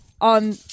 on